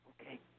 Okay